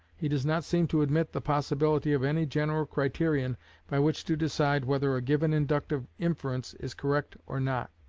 he does not seem to admit the possibility of any general criterion by which to decide whether a given inductive inference is correct or not.